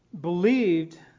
believed